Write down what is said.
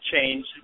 change